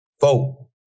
Vote